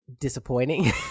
disappointing